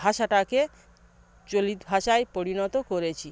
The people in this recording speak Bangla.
ভাষাটাকে চলিত ভাষায় পরিণত করেছি